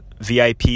VIP